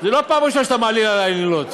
זו לא הפעם הראשונה שאתה מעליל עלי עלילות.